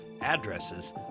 addresses